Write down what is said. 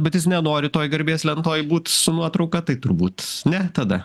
bet jis nenori toj garbės lentoj būt su nuotrauka tai turbūt ne tada